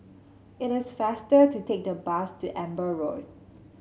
it is faster to take the bus to Amber Road